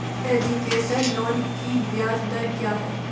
Education loan की ब्याज दर क्या है?